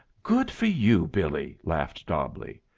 good for you, billie! laughed dobbleigh.